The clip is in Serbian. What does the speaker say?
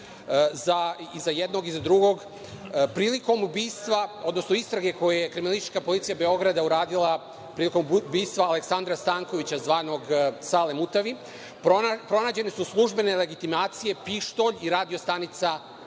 za jednog i za drugog, prilikom istrage koju je kriminalistička policija Beograda uradila prilikom ubistva Aleksandra Stankovića zvanog Sale Mutavi, pronađene su službene legitimacije, pištolj i radio-stanica MUP-a.